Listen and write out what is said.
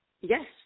Yes